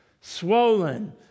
swollen